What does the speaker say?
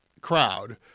crowd